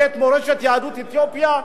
בית מורשת יהדות אתיופיה,